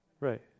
Right